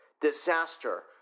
Disaster